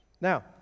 Now